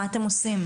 מה אתם עושים?